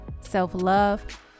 self-love